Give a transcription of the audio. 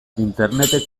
internetek